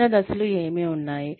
చిన్న దశలు ఏమి ఉన్నాయి